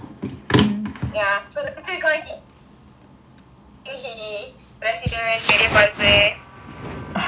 ya so call me preident ஒரு பெரிய பருப்பு:oru periya parupu ya that type lah